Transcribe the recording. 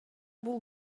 бул